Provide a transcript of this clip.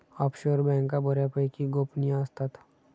offshore बँका बऱ्यापैकी गोपनीय असतात